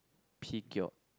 Peugeot